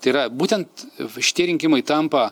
tai yra būtent šitie rinkimai tampa